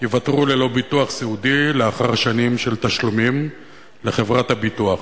ללא ביטוח סיעודי לאחר שנים של תשלומים לחברות הביטוח.